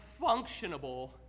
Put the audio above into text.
functionable